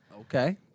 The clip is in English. Okay